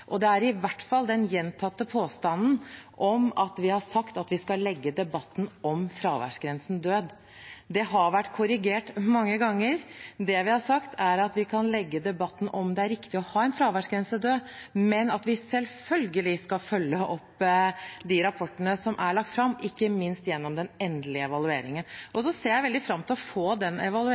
og i hvert fall den gjentatte påstanden om at vi har sagt at vi skal legge debatten om fraværsgrensen død. Det har vært korrigert mange ganger. Det vi har sagt, er at vi kan legge debatten om det er riktig å ha en fraværsgrense, død, men at vi selvfølgelig skal følge opp de rapportene som er lagt fram, ikke minst gjennom den endelige evalueringen. Jeg ser veldig fram til å få den